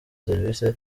serivisi